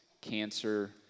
cancer